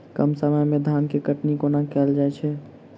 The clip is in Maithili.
कम समय मे धान केँ कटनी कोना कैल जाय छै?